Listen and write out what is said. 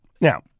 Now